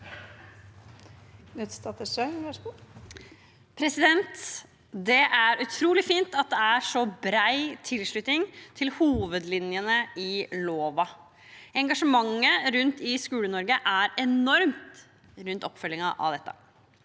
Det er utrolig fint at det er så bred tilslutning til hovedlinjene i loven. Engasjementet rundt i Skole-Norge er enormt for oppfølgingen av dette.